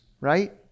right